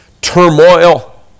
turmoil